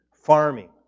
Farming